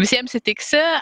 visiems įtiksi